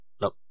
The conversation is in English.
Nope